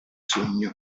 sogno